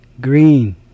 green